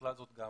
בכלל זה גם